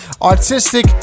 Artistic